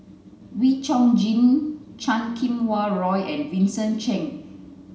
Wee Chong Jin Chan Kum Wah Roy and Vincent Cheng